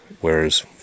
whereas